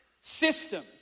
system